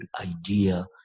idea